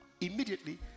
immediately